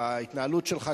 בהתנהלות שלך,